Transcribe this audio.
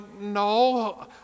No